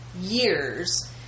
years